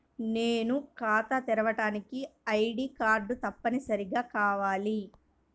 నేను ఖాతా తెరవడానికి ఐ.డీ కార్డు తప్పనిసారిగా కావాలా?